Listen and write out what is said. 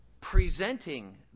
presenting